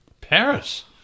Paris